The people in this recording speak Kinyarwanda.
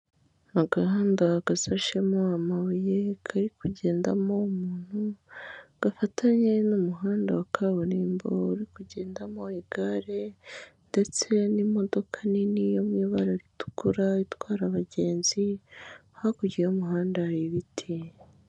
Agahanda gasashemo amabuye, kari kugendamo umuntu, gafatanye n'umuhanda wa kaburimbo uri kugendamo igare, ndetse n'imodoka nini y'ibara ritukura itwara abagenzi, hakurya y'umuhanda hari ibiti.